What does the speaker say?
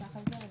אני נועל.